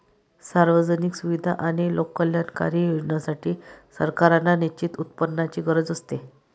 सार्वजनिक सुविधा आणि लोककल्याणकारी योजनांसाठी, सरकारांना निश्चित उत्पन्नाची गरज असते